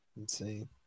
Insane